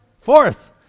Fourth